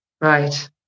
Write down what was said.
right